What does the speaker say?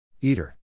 Eater